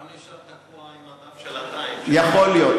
גם נשאר תקוע עם הדף של ה"TIME" יכול להיות,